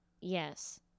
Yes